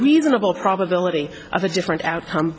reasonable probability of a different outcome